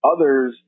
Others